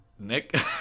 Nick